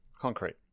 Concrete